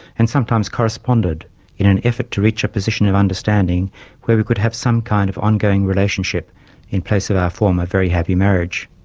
and sometimes corresponded in an effort to reach a position of understanding where we could have some kind of ongoing relationship in place of our former very happy marriage.